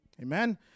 Amen